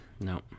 no